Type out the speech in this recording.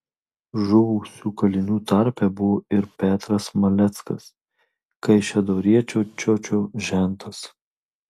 žuvusių kalinių tarpe buvo ir petras maleckas kaišiadoriečio čiočio žentas